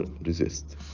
resist